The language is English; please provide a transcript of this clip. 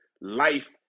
life